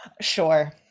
Sure